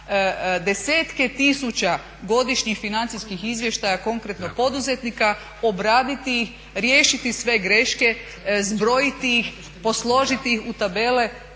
desetke tisuća godišnjih financijskih izvještaja, konkretno poduzetnika, obraditi ih, riješiti sve greške, zbrojiti ih, posložiti u tabele